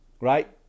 Right